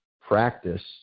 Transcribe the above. practice